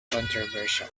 controversial